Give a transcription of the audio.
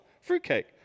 fruitcake